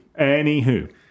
Anywho